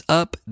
up